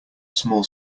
small